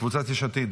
קבוצת יש עתיד?